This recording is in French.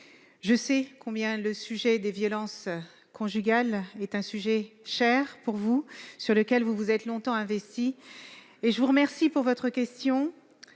je sais combien le sujet des violences conjugales est un sujet qui vous est cher, sur lequel vous vous êtes longtemps investie. Je vous remercie de votre question